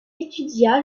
étudia